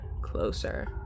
closer